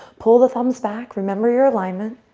pull the thumbs back, remember your alignment.